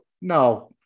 No